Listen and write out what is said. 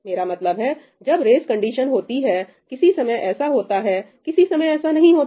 मेरा मतलब है जब रेस कंडीशन होती है किसी समय ऐसा होता है किसी समय ऐसा नहीं होता